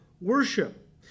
worship